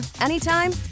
anytime